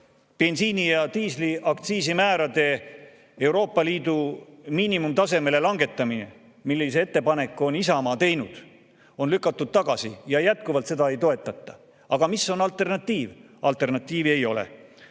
Bensiini ja diisli aktsiisimäärade Euroopa Liidu miinimumtasemele langetamine – selle ettepaneku on Isamaa teinud – on lükatud tagasi ja seda jätkuvalt ei toetata. Aga mis on alternatiiv? Alternatiivi ei ole.